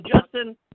Justin